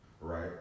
right